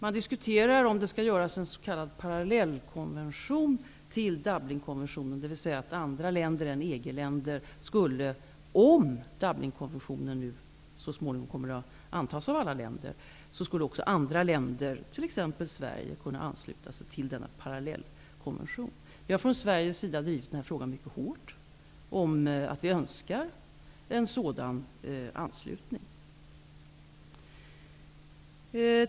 Man diskuterar om det skall göras en s.k. att andra länder än EG-länderna, t.ex. Sverige, skulle kunna ansluta sig till denna parallellkonvention, om nu Dublinkonventionen så småningom kommer att antas av alla länder. Vi från Sveriges sida driver mycket hårt frågan om att vi önskar en sådan anslutning.